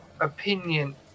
opinion